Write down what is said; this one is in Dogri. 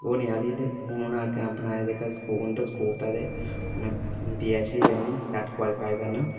होने आह्ली ते हुन उनें अपना जेह्का उं'दा स्कोप ऐ हुनै पीएचड़ी बी करनी नेट कुआलीफाई करना